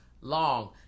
long